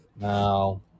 Now